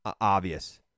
obvious